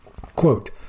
Quote